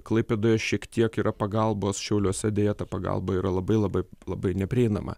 klaipėdoje šiek tiek yra pagalbos šiauliuose deja ta pagalba yra labai labai labai neprieinama